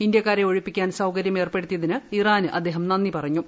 ഇന്ത്യാക്കാരെ ഒഴിപ്പിക്കാൻ സൌകര്യം ഏർപ്പെടുത്തിയതിന് ഇറാന് അദ്ദേഹം നന്ദി പറഞ്ഞു